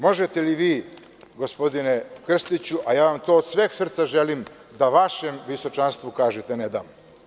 Možete li vi, gospodine Krstiću, a ja vam to od sveg srca želim, da vašem visočanstvu kažete – ne dam?